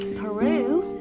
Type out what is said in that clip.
peru?